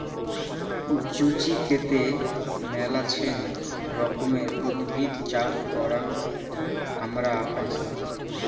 জুচিকতে মেলাছেন রকমের উদ্ভিদ চাষ করাং হামরা পাইচুঙ